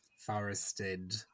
Forested